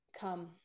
come